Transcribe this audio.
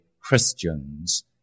Christians